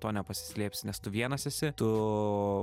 to nepasislėpsi nes tu vienas esi tu